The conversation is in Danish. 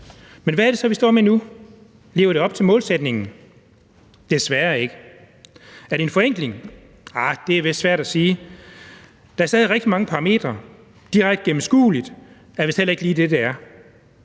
Men hvad er det så, vi står med nu? Lever det op til målsætningen? Desværre ikke. Er det en forenkling? Arh, det er vist svært at sige. Der er stadig rigtig mange parametre, og direkte gennemskueligt er vist heller ikke lige det, det er.